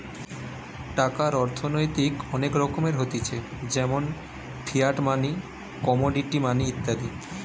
টাকার অর্থনৈতিক অনেক রকমের হতিছে যেমন ফিয়াট মানি, কমোডিটি মানি ইত্যাদি